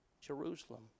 Jerusalem